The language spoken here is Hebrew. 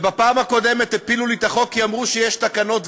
בפעם הקודמת הפילו לי את החוק כי אמרו שיש תקנות,